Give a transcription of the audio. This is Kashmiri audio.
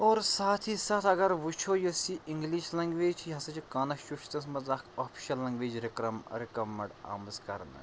اور ساتھ ہی ساتھ اَگر وٕچھو یۄس یہِ اِنٛگلِش لنٛگویج چھِ یہِ ہَسا چھِ کانسچوٗشنَس منٛز اَکھ آفِشَل لنٛگویج رِکرَم رِکَمنٛڈ آمٕژ کَرنہٕ